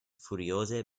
furioze